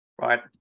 Right